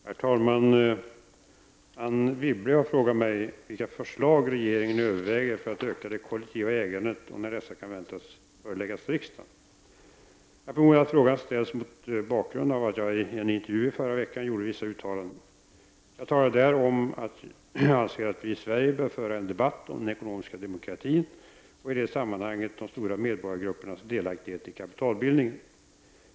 Herr talman! Anna Wibble har frågat mig vilka förslag regeringen överväger för att öka det kollektiva ägandet och när dessa kan väntas föreläggas riksdagen. Jag förmodar att frågan ställs mot bakgrund av att jag i en intervju i förra veckan gjorde vissa uttalanden. Jag talade där om att jag anser att vi i Sverige bör föra en debatt om den ekonomiska demokratin och i det sammanhanget de stora medborgargruppernas delaktighet i kapitalbildningen.